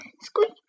Squeak